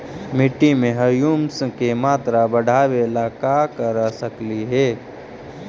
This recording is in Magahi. मिट्टी में ह्यूमस के मात्रा बढ़ावे ला का कर सकली हे?